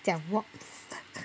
讲 wasps